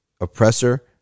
oppressor